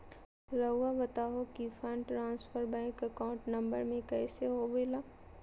रहुआ बताहो कि fund transfer bank account number में कैसे होबेला?